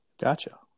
Gotcha